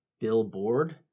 billboard